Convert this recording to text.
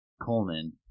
Coleman